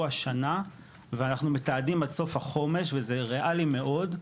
השנה ואנחנו מתעדים עד סוף החומש וזה ריאלי מאוד,